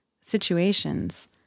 situations